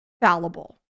fallible